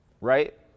right